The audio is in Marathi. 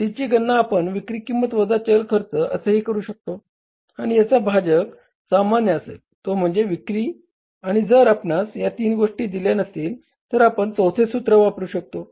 C ची गणना आपण विक्री किंमत वजा चल खर्च असे ही करू शकतो आणि यांचा भाजक सामान्य असेल तो म्हणजे विक्री आणि जर आपणास या तिन्ही गोष्टी दिल्या नसतील तर आपण चौथे सूत्र वापरू शकतो